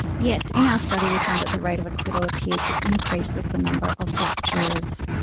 yes. in our study we found that the rate of acquittal appears to increase with the number of black jurors.